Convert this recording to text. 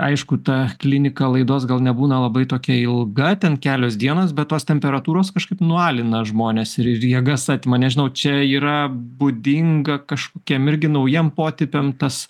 aišku ta klinika laidos gal nebūna labai tokia ilga ten kelios dienos bet tos temperatūros kažkaip nualina žmones ir ir jėgas atima nežinau čia yra būdinga kažkokiem irgi naujiem potipiam tas